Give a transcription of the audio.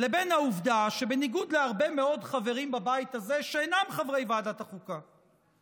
לבין העובדה שבניגוד להרבה מאוד חברים בבית הזה שאינם חברי ועדת החוקה,